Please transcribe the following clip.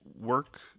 work